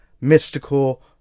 mystical